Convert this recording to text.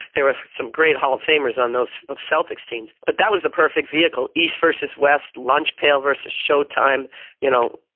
there was some great hall of famers on those of celltex teams, but that was the perfect vehicle. east versus west. lunch pail versus showtime. you know,